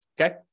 okay